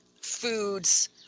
foods